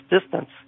distance